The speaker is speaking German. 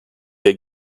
der